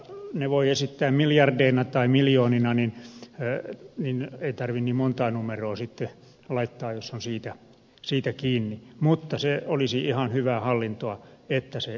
ne voi esittää miljardeina tai miljoonina ei tarvitse niin monta numeroa sitten laittaa jos on siitä kiinni mutta se olisi ihan hyvää hallintoa että se näkyisi